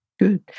Good